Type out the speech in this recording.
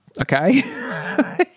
okay